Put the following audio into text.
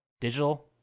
digital